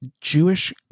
jewish